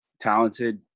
Talented